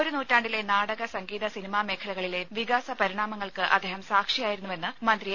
ഒരു നൂറ്റാണ്ടിലെ നാടക സംഗീത സിനിമാ മേഖലകളിലെ വികാസ പരിണാമങ്ങൾക്ക് അദ്ദേഹം സാക്ഷിയായിരുന്നുവെന്ന് മന്ത്രി എ